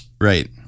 Right